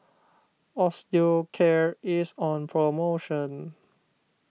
Osteocare is on promotion